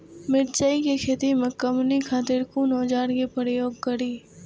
मिरचाई के खेती में कमनी खातिर कुन औजार के प्रयोग करी?